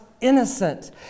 innocent